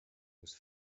was